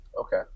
Okay